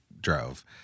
drove